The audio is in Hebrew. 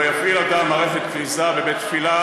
לא יפעיל אדם מערכת כריזה בבית-תפילה